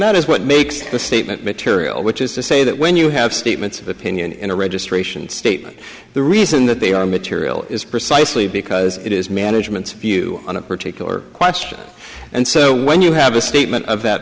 that is what makes the statement material which is to say that when you have statements of opinion in a registration statement the reason that they are material is precisely because it is management's view on a particular question and so when you have a